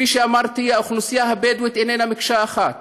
כפי שאמרתי, האוכלוסייה הבדואית איננה מקשה אחת,